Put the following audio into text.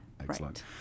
Excellent